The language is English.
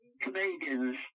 Canadians